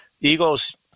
Eagles